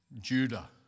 Judah